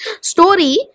story